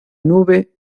nube